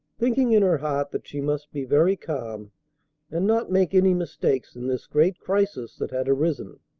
thinking in her heart that she must be very calm and not make any mistakes in this great crisis that had arisen.